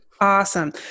Awesome